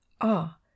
ah